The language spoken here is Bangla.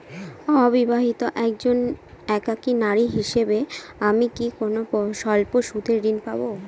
অবিবাহিতা একজন একাকী নারী হিসেবে আমি কি কোনো স্বল্প সুদের ঋণ পাব?